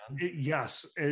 yes